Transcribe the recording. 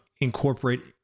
incorporate